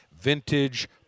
vintage